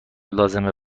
لازمه